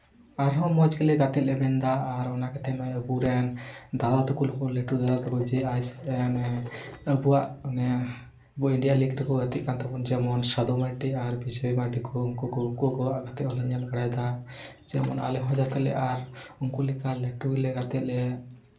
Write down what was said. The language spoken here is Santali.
ᱟᱨ ᱦᱚᱸ ᱢᱚᱡᱽ ᱜᱮᱞᱮ ᱜᱟᱛᱮᱜᱼᱟ ᱞᱮ ᱢᱮᱱᱫᱟ ᱟᱨ ᱚᱱᱟ ᱠᱟᱛᱮᱜ ᱟᱵᱚ ᱨᱮᱱ ᱫᱟᱫᱟ ᱛᱟᱠᱚ ᱞᱟᱹᱴᱩ ᱫᱟᱫᱟ ᱡᱮ ᱟᱹᱵᱩᱣᱟᱜ ᱚᱱᱮ ᱟᱵᱚ ᱤᱱᱰᱤᱭᱟ ᱞᱤᱜᱽ ᱨᱮᱠᱚ ᱜᱟᱛᱮᱜ ᱠᱟᱱ ᱛᱟᱵᱚᱱ ᱡᱮᱢᱚᱱ ᱥᱟᱹᱫᱷᱩ ᱢᱟᱨᱰᱤ ᱟᱨ ᱵᱤᱡᱚᱭ ᱢᱟᱨᱰᱤ ᱠᱚ ᱩᱱᱠᱩ ᱠᱚᱣᱟᱜ ᱜᱟᱛᱮᱜ ᱦᱚᱸᱞᱮ ᱧᱮᱞ ᱵᱟᱲᱟᱭᱫᱟ ᱡᱮᱢᱚᱱ ᱟᱞᱮ ᱦᱚᱸ ᱡᱟᱛᱮ ᱞᱮ ᱟᱨ ᱩᱱᱠᱩᱞᱮᱠᱟ ᱞᱟᱹᱴᱩ ᱞᱮ ᱜᱟᱛᱮᱜ ᱞᱮ